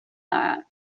that